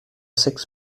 six